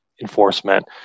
enforcement